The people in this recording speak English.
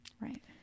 Right